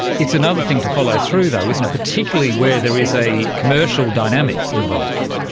it's another thing to follow through though, isn't it, particularly where there is a commercial dynamic involved.